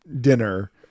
dinner